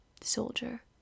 soldier